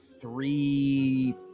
Three